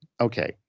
okay